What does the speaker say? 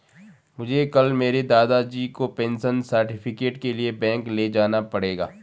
मुझे कल मेरे दादाजी को पेंशन सर्टिफिकेट के लिए बैंक ले जाना पड़ेगा